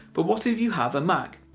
but what if you have a mac?